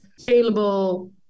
scalable